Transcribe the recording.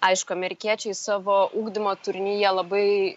aišku amerikiečiai savo ugdymo turinyje labai